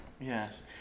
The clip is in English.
Yes